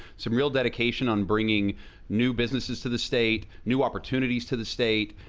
some real dedication on bringing new businesses to the state, new opportunities to the state,